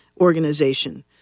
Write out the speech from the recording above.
organization